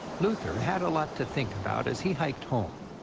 luther had a lot to think about as he hiked home.